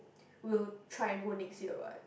will try and go next year what